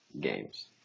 games